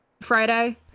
Friday